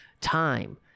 time